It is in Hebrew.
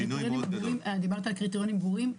קיבלת על קריטריונים ברורים.